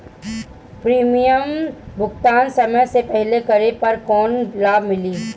Premium भुगतान समय से पहिले करे पर कौनो लाभ मिली?